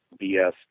BS